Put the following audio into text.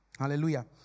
hallelujah